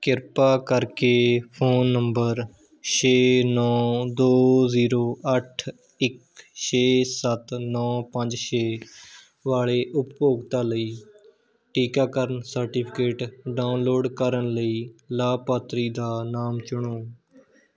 ਕਿਰਪਾ ਕਰਕੇ phone number ਛੇ ਨੌ ਦੋ ਜ਼ੀਰੋ ਅੱਠ ਇੱਕ ਛੇ ਸੱਤ ਨੌ ਪੰਜ ਛੇ ਵਾਲੇ ਉਪਭੋਗਤਾ ਲਈ ਟੀਕਾਕਰਨ ਸਰਟੀਫਿਕੇਟ ਡਾਊਨਲੋਡ ਕਰਨ ਲਈ ਲਾਭਪਾਤਰੀ ਦਾ ਨਾਮ ਚੁਣੋ